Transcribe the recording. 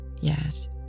Yes